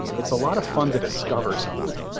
it's a lot of fun to discover something.